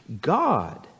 God